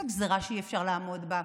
זו גזרה שאי-אפשר לעמוד בה.